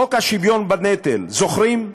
חוק השוויון בנטל, זוכרים?